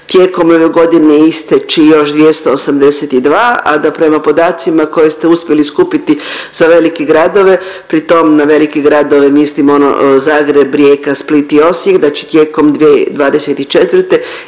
tijekom ove godine isteći još 282, a da prema podacima koje ste uspjeli skupiti za velike gradove, pri tom na velike gradove mislim ono Zagreb, Rijeka, Split i Osijek da će tijekom 2024.